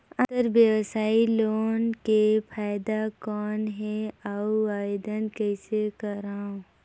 अंतरव्यवसायी लोन के फाइदा कौन हे? अउ आवेदन कइसे करव?